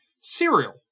cereal